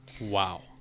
Wow